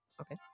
Okay